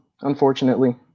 unfortunately